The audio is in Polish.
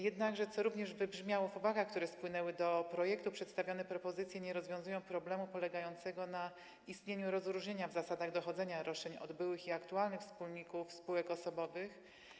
Jednakże, co również wybrzmiało w uwagach, które spłynęły do projektu, przedstawiane propozycje nie rozwiązują problemu polegającego na istnieniu rozróżnienia w zasadach dochodzenia roszczeń od byłych i aktualnych wspólników spółek osobowych.